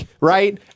Right